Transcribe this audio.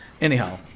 Anyhow